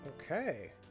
Okay